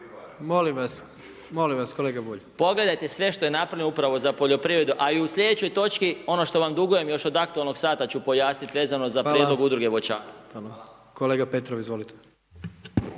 Molim vas, molim vas kolega Bulj./… Pogledajte sve što je napravljeno upravo za poljoprivredu a i u slijedećoj točki ono što vam dugujem još od aktualnog sata ću pojasniti vezano za prijedlog udruge voćara. **Jandroković,